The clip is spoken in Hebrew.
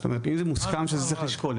זאת אומרת אם זה מוסכם שצריך לשקול,